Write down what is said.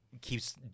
keeps